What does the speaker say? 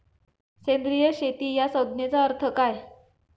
सेंद्रिय शेती या संज्ञेचा अर्थ काय?